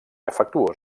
afectuós